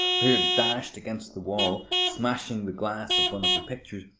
who had dashed against the wall, smashing the glass of one of the pictures,